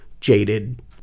jaded